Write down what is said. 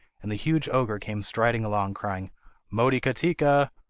and the huge ogre came striding along, crying motikatika!